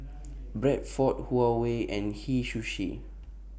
Bradford Huawei and Hei Sushi